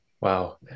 Wow